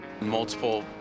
Multiple